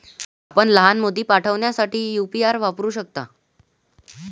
आपण लहान मोती पाठविण्यासाठी यू.पी.आय वापरू शकता